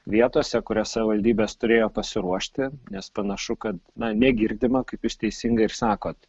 vietose kurias savivaldybės turėjo pasiruošti nes panašu kad na negirdima kaip jūs teisingai ir sakot